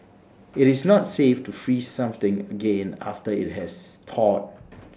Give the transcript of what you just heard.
IT is not safe to freeze something again after IT has thawed